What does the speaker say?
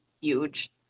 huge